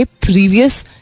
previous